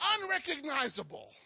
unrecognizable